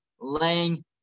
laying